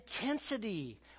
intensity